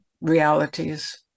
realities